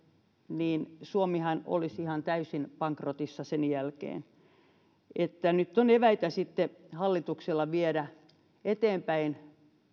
niin suomihan olisi ihan täysin bankrotissa sen jälkeen nyt on eväitä sitten hallituksella viedä asioita eteenpäin